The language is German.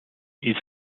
ist